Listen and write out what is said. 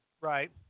right